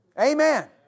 amen